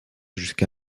jusqu’à